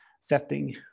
setting